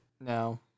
No